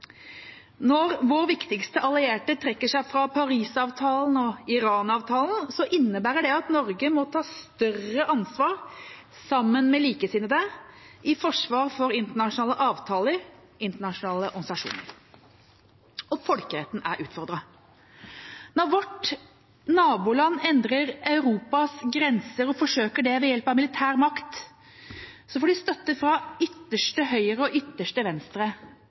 Når vår viktigste allierte trekker seg fra Parisavtalen og Iran-avtalen, innebærer det at Norge må ta større ansvar sammen med likesinnede i forsvar for internasjonale avtaler, internasjonale organisasjoner. Og folkeretten er utfordret. Når vårt naboland endrer Europas grenser og forsøker det ved hjelp av militær makt, får de støtte fra ytterste høyre og ytterste venstre